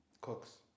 cooks